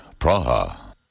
Praha